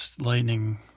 lightning